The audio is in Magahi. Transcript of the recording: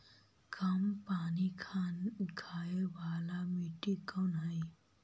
कम पानी खाय वाला मिट्टी कौन हइ?